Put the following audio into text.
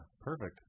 perfect